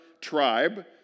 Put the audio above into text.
tribe